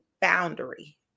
boundary